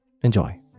enjoy